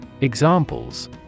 Examples